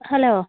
hello